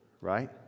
Right